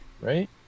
right